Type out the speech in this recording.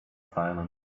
silent